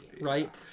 right